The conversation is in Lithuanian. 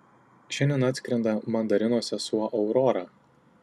šiandien atskrenda mandarino sesuo aurora